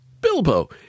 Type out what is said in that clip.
Bilbo